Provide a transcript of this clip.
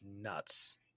nuts